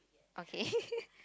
okay